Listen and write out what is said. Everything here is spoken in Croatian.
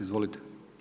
Izvolite.